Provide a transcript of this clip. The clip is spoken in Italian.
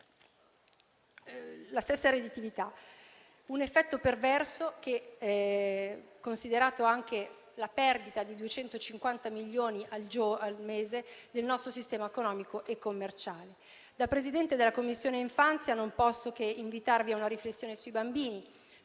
la stessa redditività; un effetto perverso, considerata anche la perdita di 250 milioni al mese da parte del nostro sistema economico e commerciale. Da Presidente della Commissione infanzia, non posso che invitarvi a una riflessione sui bambini.